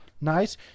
nice